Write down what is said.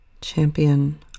champion